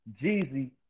Jeezy